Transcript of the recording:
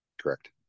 correct